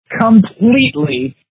completely